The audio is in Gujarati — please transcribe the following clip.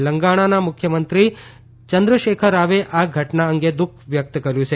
તેલંગણાના મુખ્યમંત્રી ચંદ્રશેખર રાવે આ ઘટના અંગે દુખ વ્યક્તકર્થ્ય છે